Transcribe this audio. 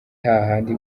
hahandi